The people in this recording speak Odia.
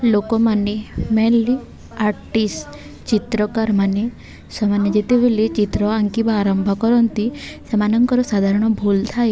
ଲୋକମାନେ ମେନଲି ଆର୍ଟିଷ୍ଟ ଚିତ୍ରକାରମାନେ ସେମାନେ ଯେତେବେଳେ ଚିତ୍ର ଆଙ୍କିବା ଆରମ୍ଭ କରନ୍ତି ସେମାନଙ୍କର ସାଧାରଣ ଭୁଲ ଥାଏ